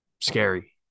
scary